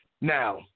Now